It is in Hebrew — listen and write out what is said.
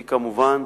והיא כמובן